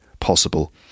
Possible